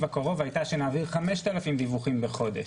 הקרוב היתה שנעביר 5,000 דיווחים בחודש,